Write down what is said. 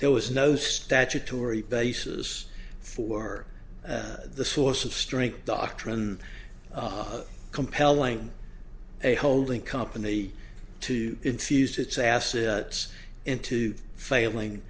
there was no statutory basis for the source of strength doctrine compelling a holding company to infuse its assets into failing